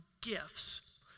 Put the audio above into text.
gifts